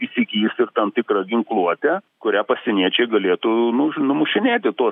įsigis ir tam tikrą ginkluotę kuria pasieniečiai galėtų nu numušinėti tuos